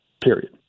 Period